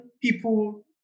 people